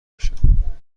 میشم